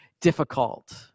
difficult